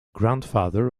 grandfather